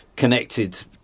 connected